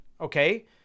Okay